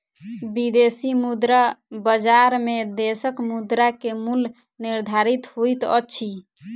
विदेशी मुद्रा बजार में देशक मुद्रा के मूल्य निर्धारित होइत अछि